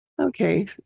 Okay